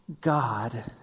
God